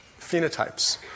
phenotypes